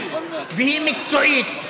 והיא מקצועית,